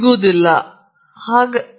ಈಗ ನಾವು ಮುಂದಿನದಕ್ಕೆ ತೆರಳುತ್ತೇವೆ